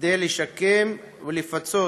כדי לשקם ולפצות